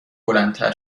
بلندتر